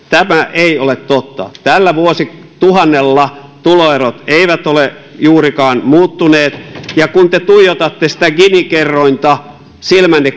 tämä ei ole totta tällä vuosituhannella tuloerot eivät ole juurikaan muuttuneet ja kun te tuijotatte sitä gini kerrointa silmänne